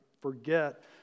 forget